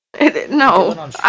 no